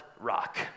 rock